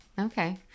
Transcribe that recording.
Okay